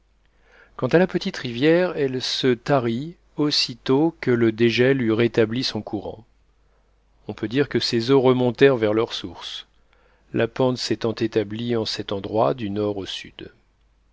quant à la petite rivière elle se tarit aussitôt que le dégel eut rétabli son courant on peut dire que ses eaux remontèrent vers leur source la pente s'étant établie en cet endroit du nord au sud